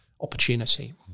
opportunity